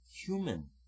human